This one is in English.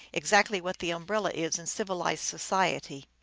exactly what the umbrella is in civilized society.